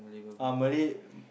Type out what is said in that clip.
ah Malay